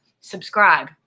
subscribe